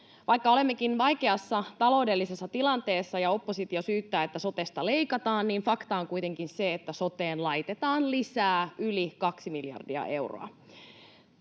Vaikka olemmekin vaikeassa taloudellisessa tilanteessa ja oppositio syyttää, että sotesta leikataan, niin fakta on kuitenkin se, että soteen laitetaan lisää yli kaksi miljardia euroa.